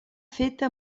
feta